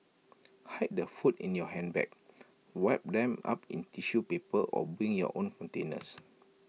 hide the food in your handbag wrap them up in tissue paper or bring your own containers